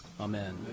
Amen